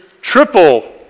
triple